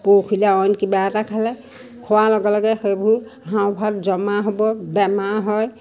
পৰহিলৈ অইন কিবা এটা খালে খোৱাৰ লগে লগে সেইবোৰ হাঁওফাঁওত জমা হ'ব বেমাৰ হয়